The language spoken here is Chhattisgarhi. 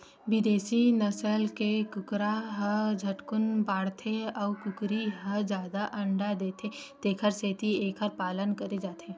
बिदेसी नसल के कुकरा ह झटकुन बाड़थे अउ कुकरी ह जादा अंडा देथे तेखर सेती एखर पालन करे जाथे